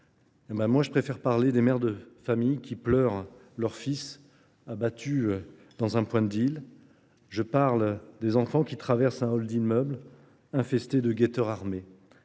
Moi, je préfère parler des mères de famille qui pleurent leur fils abattu dans un point de deal. Je parle des enfants qui traversent un hall d'immeuble infesté de guetteurs armés.